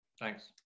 Thanks